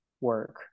work